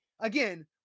again